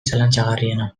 zalantzagarriena